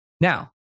Now